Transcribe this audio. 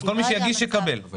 אז כל מי שיגיש, יקבל.